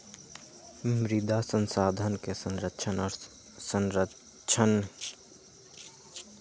मृदा संसाधन के संरक्षण और संरक्षण ला मृदा प्रबंधन प्रथावन के आवश्यकता हई